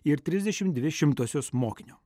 ir trisdešimt dvi šimtosios mokinio